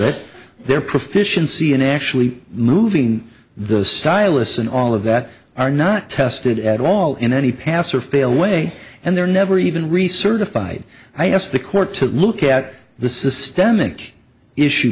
it their proficiency in actually moving the stylus and all of that are not tested at all in any pass or fail way and they're never even recertified i asked the court to look at the systemic issue